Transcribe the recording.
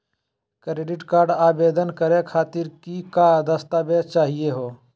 Credit card आवेदन करे खातीर कि क दस्तावेज चाहीयो हो?